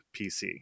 PC